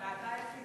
ואתה היחיד?